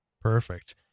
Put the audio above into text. Perfect